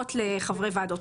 שנוגעות לחברי ועדות